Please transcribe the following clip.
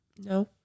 No